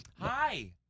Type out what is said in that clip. Hi